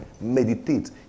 meditate